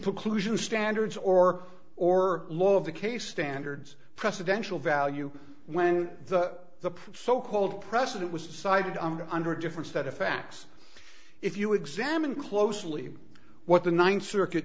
preclusion standards or or law of the case standards presidential value when the the proof so called precedent was decided on under a different set of facts if you examine closely what the ninth circuit